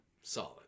Solid